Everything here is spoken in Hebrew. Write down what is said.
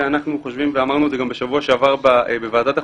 וגם אמרנו את זה בשבוע שעבר בוועדת החוקה,